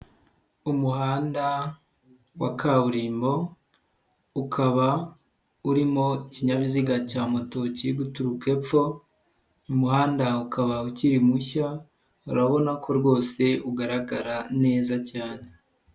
Umuhanda wa kaburimbo ukaba urimo ikinyabiziga cya moto kiri guturuka epfo, uyu muhanda ukaba ukiri mushya urabona ko rwose ugaragara neza cyane.